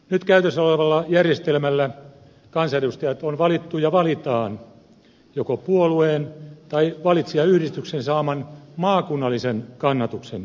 nyt käytössä olevalla järjestelmällä kansanedustajat on valittu ja valitaan joko puolueen tai valitsijayhdistyksen saaman maakunnallisen kannatuksen perusteella